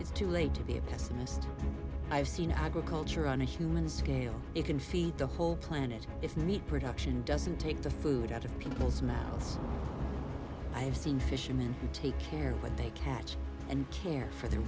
is too late to be a pessimist i've seen i go culture on a human scale it can feed the whole planet if meat production doesn't take the food out of people's mouths i have seen fishermen who take care of what they catch and care for the